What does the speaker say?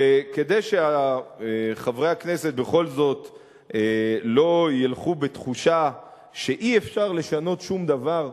וכדי שחברי הכנסת בכל זאת לא ילכו בתחושה שאי-אפשר לשנות שום דבר,